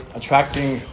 attracting